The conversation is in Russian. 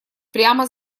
прямо